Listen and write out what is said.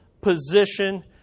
position